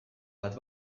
bat